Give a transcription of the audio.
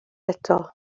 eto